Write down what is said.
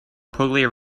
puglia